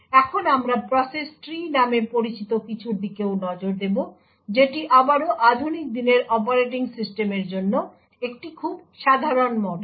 এখন আমরা process tree নামে পরিচিত কিছুর দিকেও নজর দেব যেটি আবারও আধুনিক দিনের অপারেটিং সিস্টেমের জন্য একটি খুব সাধারণ মডেল